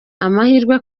amahirwe